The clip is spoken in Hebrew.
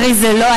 הרי זה לא,